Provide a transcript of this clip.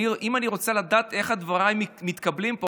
אם אני רוצה לדעת איך דבריי מתקבלים פה,